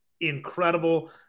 incredible